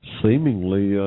seemingly